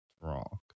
Wrong